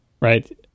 right